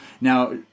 Now